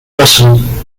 wassen